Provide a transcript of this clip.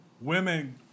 women